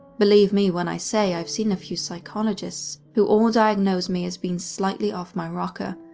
believe me when i say i've seen a few psychologists who all diagnosed me as being slightly off my rocker,